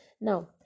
now